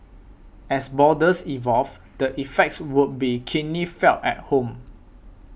as borders evolve the effects would be keenly felt at home